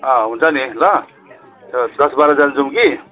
अँ हुन्छ नि ल दस बाह्रजाना जाऔँ कि